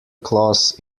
claus